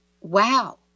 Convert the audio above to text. wow